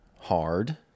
hard